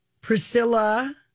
Priscilla